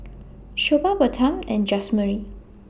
Shelba Bertram and Jazmyne